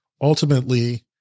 ultimately